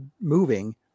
moving